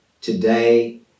today